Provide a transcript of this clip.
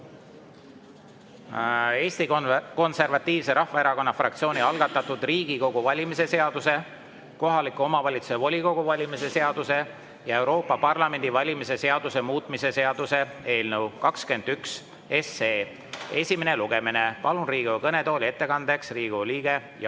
Eesti Konservatiivse Rahvaerakonna fraktsiooni algatatud Riigikogu valimise seaduse, kohaliku omavalitsuse volikogu valimise seaduse ja Euroopa Parlamendi valimise seaduse muutmise seaduse eelnõu 21 esimene lugemine. Palun Riigikogu kõnetooli ettekandeks Riigikogu liikme